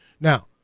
Now